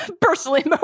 personally